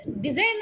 Design